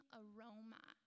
aroma